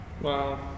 wow